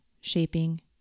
shaping